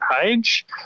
page